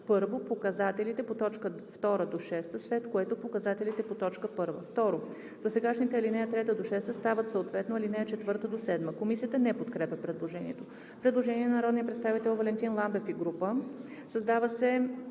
първо показателите по т. 2 – 6, след което – показателите по т. 1.“ 2. Досегашните ал. 3 – 6 стават съответно ал. 4 – 7.“ Комисията не подкрепя предложението. Предложение на народния представител Валентин Ламбев и група народни